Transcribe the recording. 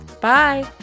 Bye